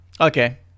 Okay